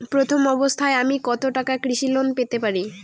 প্রথম অবস্থায় আমি কত টাকা কৃষি লোন পেতে পারি?